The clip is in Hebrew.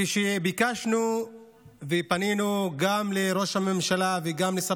כשביקשנו ופנינו גם לראש הממשלה וגם לשר